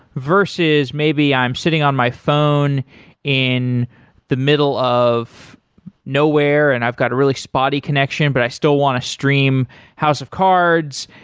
versus maybe i'm sitting on my phone in the middle of nowhere and i've got a really spotty connection, but i still want to stream house of cards,